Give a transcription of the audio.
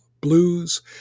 blues